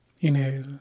Inhale